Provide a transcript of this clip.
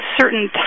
certain